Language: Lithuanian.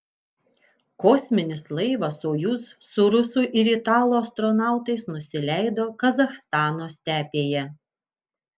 kosminis laivas sojuz su rusų ir italų astronautais nusileido kazachstano stepėje